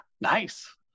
nice